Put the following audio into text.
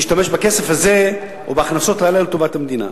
שתשתמש בכסף הזה או בהכנסות הללו לטובת המדינה.